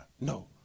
no